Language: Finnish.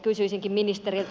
kysyisinkin ministeriltä